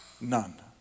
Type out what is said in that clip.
None